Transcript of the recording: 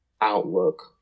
outlook